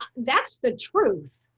that's the truth.